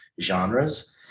genres